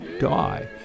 die